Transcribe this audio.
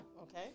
okay